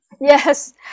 yes